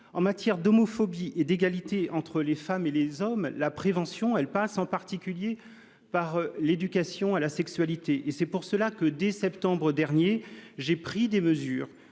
En matière d'homophobie et d'égalité entre les femmes et les hommes, la prévention passe en particulier par l'éducation à la sexualité. C'est pour cela que, dès le mois de septembre dernier, j'ai pris des mesures